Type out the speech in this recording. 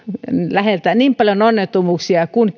läheltä niin paljon onnettomuuksia kun